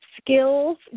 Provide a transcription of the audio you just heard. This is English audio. skills